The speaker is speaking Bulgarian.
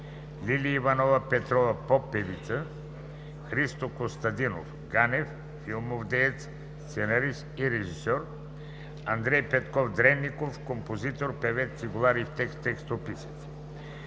Лили Иванова Петрова – поппевица; Христо Костадинов Ганев – филмов деец, сценарист и режисьор; Андрей Петков Дреников – композитор, певец, цигулар и текстописец.